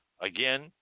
again